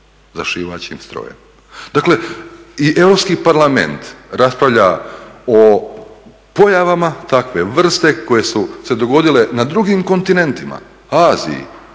za šivaćim strojem. Dakle i Europski parlament raspravlja o pojavama takve vrste koje su se dogodile na drugim kontinentima Aziji,